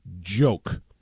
joke